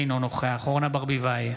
אינו נוכח אורנה ברביבאי,